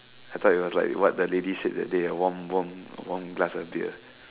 I thought it was like what the lady said that day a warm warm a warm glass of beer